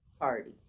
party